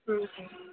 ಹ್ಞೂ